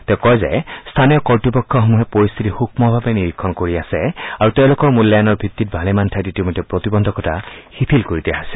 তেওঁ কয় যে স্থানীয় কৰ্ত্বপক্ষসমূহে পৰিস্থিতি সুক্মভাৱে নিৰীক্ষণ কৰি আছে আৰু তেওঁলোকৰ মূল্যায়নৰ ভিত্তিত ভালেমান ঠাইত প্ৰতিবন্ধকতা শিথিল কৰি দিয়া হৈছে